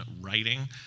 writing